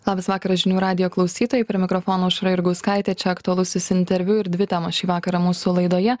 labas vakaras žinių radijo klausytojai prie mikrofono aušra jurgauskaitė čia aktualusis interviu ir dvi temos šį vakarą mūsų laidoje